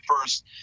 first